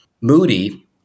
Moody